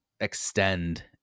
extend